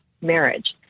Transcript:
marriage